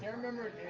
yeah remember